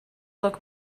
look